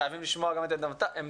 חייבים לשמוע את עמדתו.